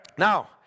Now